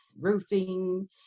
roofing